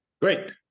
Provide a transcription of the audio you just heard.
Great